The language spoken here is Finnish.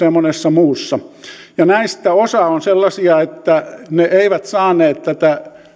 suunnittelutoimistoissa ja monessa muussa näistä osa on sellaisia että ne eivät saaneet tätä